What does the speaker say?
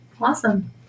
Awesome